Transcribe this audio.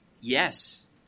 yes